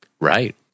Right